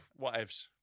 whatevs